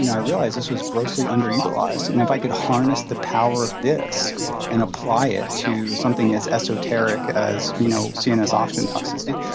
you know i realized this was grossly underutilized, and if i could harness the power of this and apply it to something as esoteric esoteric as you know cns oxygen toxicity,